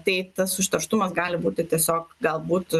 tai tas užterštumas gali būti tiesiog galbūt